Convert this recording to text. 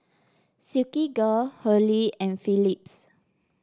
Silkygirl Hurley and Phillips